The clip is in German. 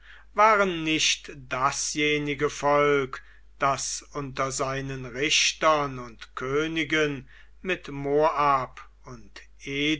waren nicht dasjenige volk das unter seinen richtern und königen mit moab und